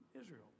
Israel